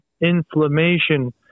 inflammation